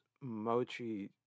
mochi